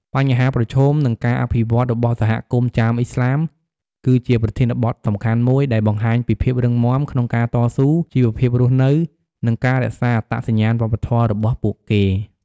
បញ្ហាប្រឈម និងការអភិវឌ្ឍន៍របស់សហគមន៍ចាមឥស្លាម គឺជាប្រធានបទសំខាន់មួយ ដែលបង្ហាញពីភាពរឹងមាំក្នុងការតស៊ូ ជីវភាពរស់នៅ និងការរក្សាអត្តសញ្ញាណវប្បធម៌របស់ពួកគេ។